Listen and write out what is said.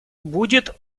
будет